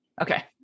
Okay